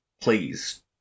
Please